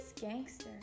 gangster